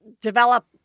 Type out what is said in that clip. develop